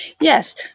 Yes